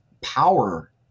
power